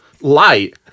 light